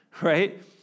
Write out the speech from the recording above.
right